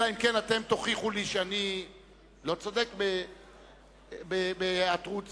אלא אם כן אתם תוכיחו לי שאני לא צודק בהיעתרות זו.